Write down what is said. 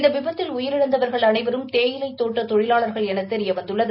இந்த விபத்தில் உயிரிழந்தவர்கள் அனைவரும் தேயிலைத் தோட்ட தொழிலாளர்கள் என தெரியவந்துள்ளது